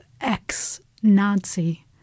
ex-Nazi